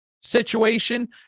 situation